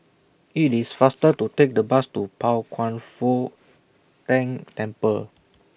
IT IS faster to Take The Bus to Pao Kwan Foh Tang Temple